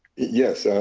yes,